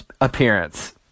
appearance